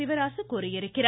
சிவராசு கூறியிருக்கிறார்